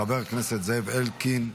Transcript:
חבר הכנסת זאב אלקין,